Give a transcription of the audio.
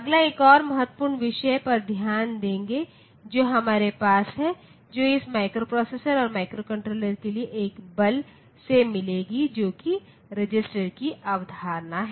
अगला एक और महत्वपूर्ण विषय पर ध्यान देंगे जो हमारे पास है जो इस माइक्रोप्रोसेसर माइक्रोकंट्रोलर के लिए एक बल से मिलेंगे जो कि रजिस्टरों की अवधारणा है